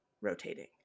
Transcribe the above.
rotating